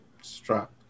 strap